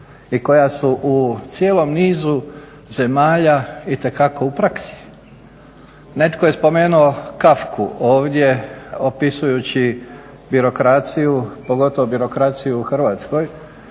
i koja su u cijelom nizu zemalja itekako u praksi. Netko je spomenuo Kafku ovdje, opisujući birokraciju, pogotovo birokraciju u Hrvatskoj,